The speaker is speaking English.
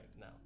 now